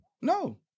No